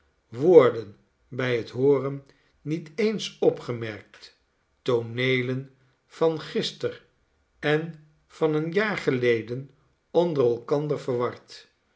woorden bij het hooren niet eens opgemerkt tooneelen van gister en van een jaar geleden onder elkander verward